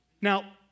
Now